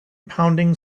pounding